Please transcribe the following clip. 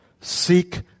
Seek